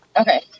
okay